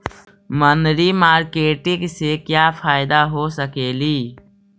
मनरी मारकेटिग से क्या फायदा हो सकेली?